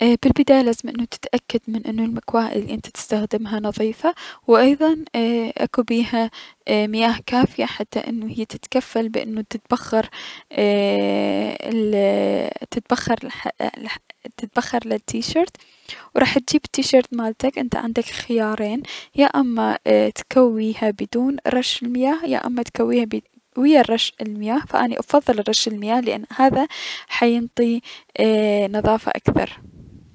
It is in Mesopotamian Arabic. بالبداية لازم انه تتأكد من انو المكواه الي انت دتسدخدمها نظيفة, و ايضا اي اكو بيها مياه كافية حتى تتكفل انه هي تتبخر اي اي- ال لح تتبخر التيشرت و راح تجيب التيشرت مالتك و انت عندك خيارين اي يا اما تكويها بدون رش المياه او تكويها ويا رش المياه فاني افضل رش المياه لان هذا ينطيها نظافة اكثر.